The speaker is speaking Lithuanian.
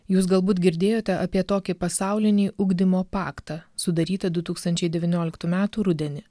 jūs galbūt girdėjote apie tokį pasaulinį ugdymo paktą sudarytą du tūkstančiai devynioliktų metų rudenį